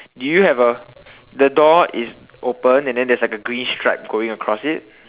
do you have a the door is open and then there's a green stripe going across it